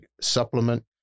supplement